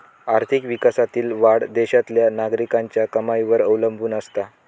आर्थिक विकासातील वाढ देशातल्या नागरिकांच्या कमाईवर अवलंबून असता